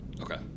Okay